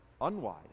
unwise